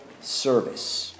service